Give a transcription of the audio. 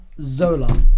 Zola